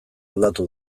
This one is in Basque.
aldatu